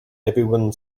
everyone